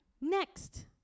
Next